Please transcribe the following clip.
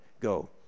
go